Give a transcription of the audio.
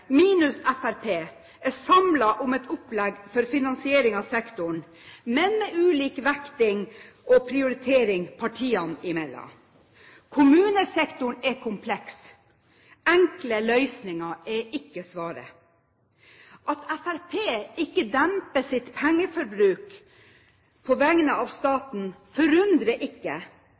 minus Fremskrittspartiet, er samlet om et opplegg for finansiering av sektoren, men med ulik vekting og prioritering partiene imellom. Kommunesektoren er kompleks. Enkle løsninger er ikke svaret. At Fremskrittspartiet ikke demper sitt pengeforbruk på vegne av staten, forundrer ikke,